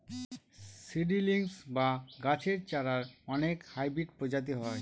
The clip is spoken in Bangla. সিডিলিংস বা গাছের চারার অনেক হাইব্রিড প্রজাতি হয়